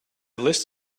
list